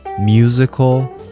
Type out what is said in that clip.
Musical